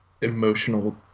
emotional